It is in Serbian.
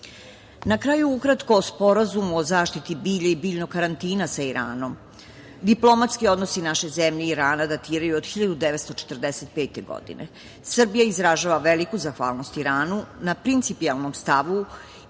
kraju, ukratko o Sporazumu o zaštiti bilja i biljnog karantina sa Iranom. Diplomatski odnosi naše zemlje i Irana datiraju od 1945. godine. Srbija izražava veliku zahvalnost Iranu na principijelnom stavu